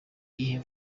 iyihe